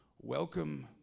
welcome